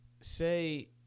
say